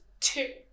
two